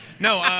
no.